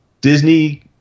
Disney